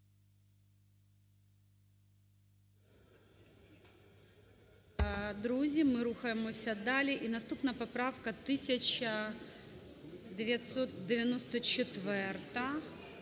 Друзі, ми рухаємося далі. І наступна поправка - 1394.